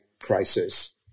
crisis